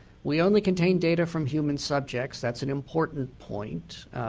we only contain data from human subjects, that's an important point,